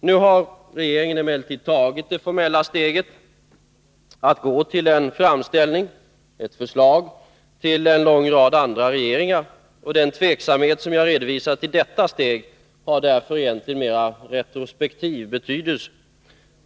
Nu har regeringen emellertid tagit det formella steget att göra en framställning till en lång rad andra regeringar, och den tveksamhet som jag redovisat till detta steg har därför mera retrospektiv betydelse.